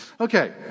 Okay